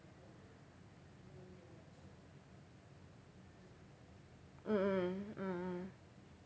mm mm mm mm